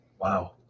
wow